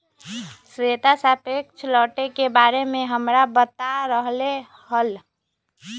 श्वेता सापेक्ष लौटे के बारे में हमरा बता रहले हल